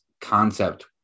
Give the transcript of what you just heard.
concept